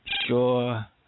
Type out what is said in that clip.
Sure